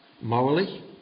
Morally